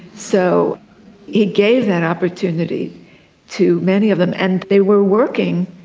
so he gave that opportunity to many of them, and they were working,